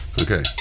Okay